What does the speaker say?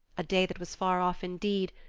a day that was far off indeed,